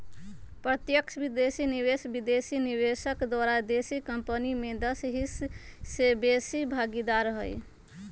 प्रत्यक्ष विदेशी निवेश विदेशी निवेशक द्वारा देशी कंपनी में दस हिस्स से बेशी भागीदार हइ